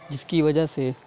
جس کی وجہ سے